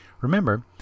Remember